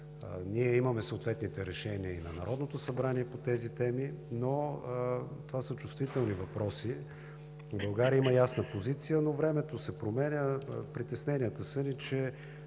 Ние имаме съответните решения и на Народното събрание по тези теми, но това са чувствителни въпроси. България има ясна позиция, но времето се променя. Притесненията ни са, че